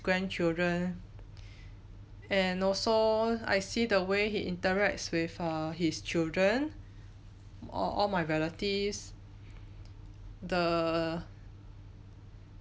grandchildren and also I see the way he interacts with err his children or all my relatives the